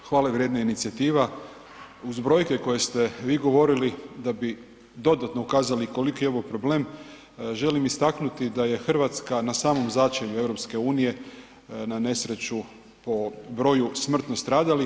Hvala vrijedna inicijativa, uz brojke koje ste vi govorili da bi dodatno ukazali koliki je ovo problem želim istaknuti da je Hrvatska na samo začelju EU, na nesreću po broju smrtno stradalih.